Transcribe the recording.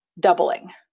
doubling